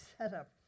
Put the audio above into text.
setup